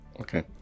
Okay